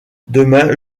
demain